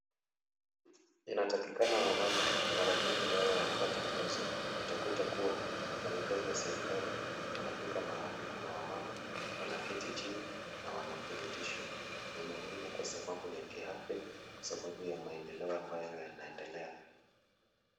Inatakikana wamama mara nyingi wawe wanapata funzo, utakuta kuwa wafanyikazi wa serikali wanafika mahali kuna wamama wanaketi chini na wanafundishwa, ni muhimu kwa sababu ya kiafya kwa sababu ya maendeleo ambayo yanaendelea.